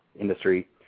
industry